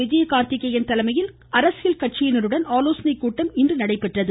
விஜயகார்த்திகேயன் தலைமையில் அரசியல் கட்சியினருடன் ஆலோசனைக் கூட்டம் நடைபெற்றது